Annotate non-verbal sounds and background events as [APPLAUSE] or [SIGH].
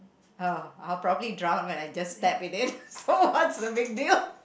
oh I'll probably drown when I just step in it [LAUGHS] so what's the big deal